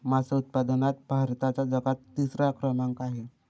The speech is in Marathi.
मासे उत्पादनात भारताचा जगात तिसरा क्रमांक आहे